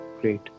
Great